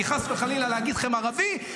כי חס וחלילה להגיד לכם ערבי,